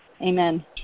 amen